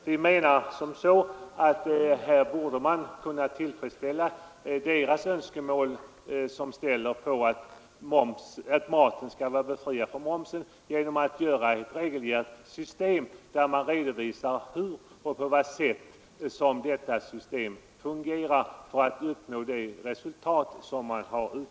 Vi menar att man borde kunna tillfredsställa deras önskemål som anser att maten skall vara befriad från mervärdeskatt genom att införa ett regelrätt system där man redovisar på vad sätt mervärdeskattens fördyrande effekt elimineras.